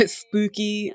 spooky